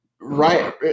Right